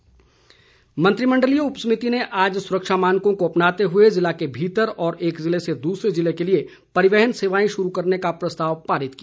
उप समिति मंत्रिमण्डलीय उप समिति ने आज सुरक्षा मानकों को अपनाते हुए जिले के भीतर और एक जिले से दूसरे जिले के लिए परिवहन सेवाएं शुरू करने का प्रस्ताव पारित किया